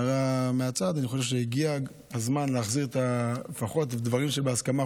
הערה מהצד: אני חושב שהגיע הזמן להחזיר לפחות דברים שבהסכמה,